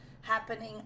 happening